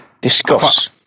discuss